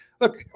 look